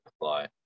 apply